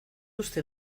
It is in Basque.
uste